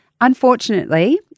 Unfortunately